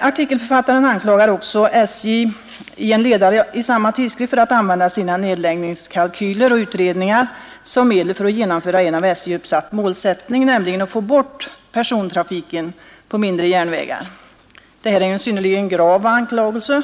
Artikelförfattaren anklagar också i en ledare i samma tidskrift SJ för att använda sina nedläggningskalkyler och utredningar som medel för att genomföra en av SJ uppsatt målsättning, nämligen att få bort persontrafiken på mindre järnvägar. Detta är ju en synnerligen grav anklagelse,